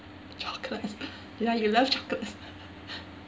chocolate ya you love chocolate